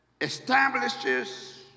establishes